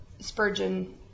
Spurgeon